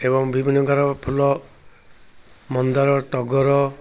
ଏବଂ ବିଭିନ୍ନ ପ୍ରକାର ଫୁଲ ମନ୍ଦାର ଟଗର